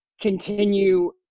continue